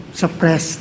suppress